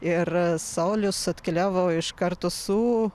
ir saulius atkeliavo iš karto su